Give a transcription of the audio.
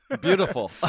beautiful